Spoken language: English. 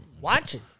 Watching